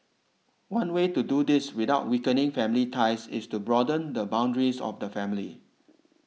one way to do this without weakening family ties is to broaden the boundaries of the family